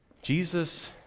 Jesus